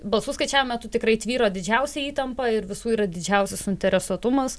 balsų skaičiavimo metu tikrai tvyro didžiausia įtampa ir visų yra didžiausias suinteresuotumas